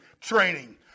training